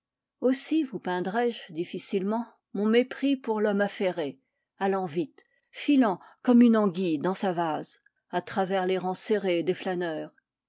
aussi vous peindrais je difficilement mon mépris pour l'homme affairé allant vite filant comme une anguille dans sa vase à travers les rangs serrés des flâneurs